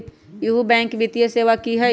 इहु बैंक वित्तीय सेवा की होई?